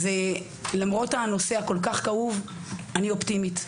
למרות שהנושא הוא כול כך כאוב, אני אופטימית.